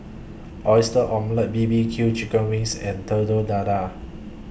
Oyster Omelette B B Q Chicken Wings and Telur Dadah